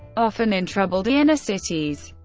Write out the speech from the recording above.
often in troubled inner cities.